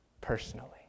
personally